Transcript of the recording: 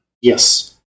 Yes